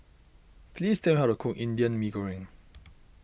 please tell me how to cook Indian Mee Goreng